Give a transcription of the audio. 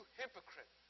hypocrite